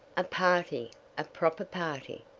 a party a proper party,